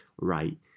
right